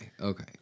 okay